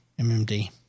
MMD